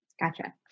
Gotcha